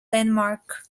landmark